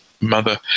mother